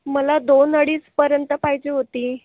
मला दोन अडीचपर्यंत पाहिजे होती